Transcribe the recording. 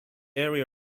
area